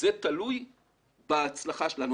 זה תלוי בהצלחה שלנו.